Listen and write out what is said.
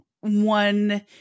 one